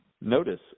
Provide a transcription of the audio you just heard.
Notice